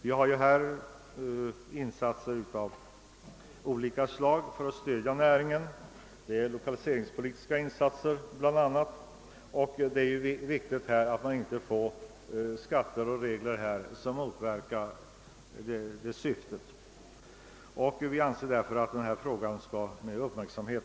Det görs nu insatser av olika slag för att stödja näringen, bl.a. lokaliseringspolitiska, och det är då viktigt att vi inte får skatter och regler som motverkar det lokaliseringspolitiska syftet. Vi anser därför att denna fråga skall följas med uppmärksamhet.